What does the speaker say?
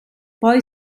poi